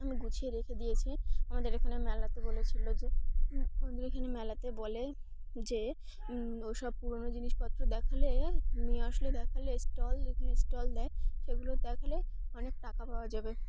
আমি গুছিয়ে রেখে দিয়েছি আমাদের এখানে মেলাতে বলেছিলো যে আমাদের এখানে মেলাতে বলে যে ও সব পুরোনো জিনিসপত্র দেখালে নিয়ে আসলে দেখালে স্টল যেগানে স্টল দেয় সেগুলো দেখালে অনেক টাকা পাওয়া যাবে